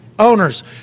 owners